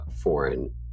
foreign